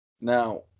now